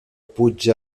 puig